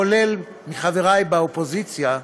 כולל מחברי באופוזיציה,